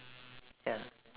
ya